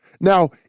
Now